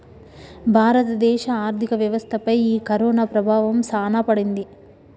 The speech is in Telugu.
భారత దేశ ఆర్థిక వ్యవస్థ పై ఈ కరోనా ప్రభావం సాన పడింది